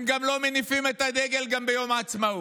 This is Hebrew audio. הם גם לא מניפים את הדגל ביום העצמאות,